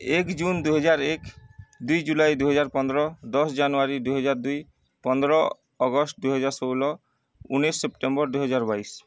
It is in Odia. ଏକ ଜୁନ ଦୁଇହଜାର ଏକ ଦୁଇ ଜୁଲାଇ ଦୁଇହଜାର ପନ୍ଦର ଦଶ ଜାନୁଆରୀ ଦୁଇହଜାର ଦୁଇ ପନ୍ଦର ଅଗଷ୍ଟ ଦୁଇହଜାର ଷୋହଳ ଉଣେଇଶି ସେପ୍ଟେମ୍ବର ଦୁଇହଜାର ବାଇଶି